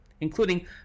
including